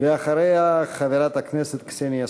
ואחריה, חברת הכנסת קסניה סבטלובה.